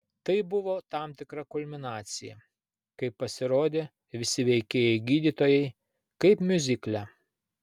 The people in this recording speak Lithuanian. tai buvo tam tikra kulminacija kai pasirodė visi veikėjai gydytojai kaip miuzikle